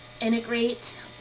integrate